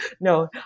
No